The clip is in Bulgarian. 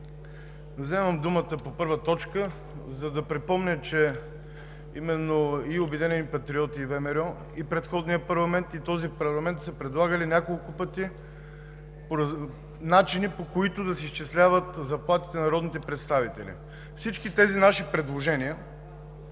Вземам думата по първа точка, за да припомня, че именно и „Обединени патриоти“, и ВМРО и в предходния парламент, и в този парламент са предлагали няколко пъти начини, по които да се изчисляват заплатите на народните представители. Всички тези наши предложения